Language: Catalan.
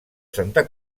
santa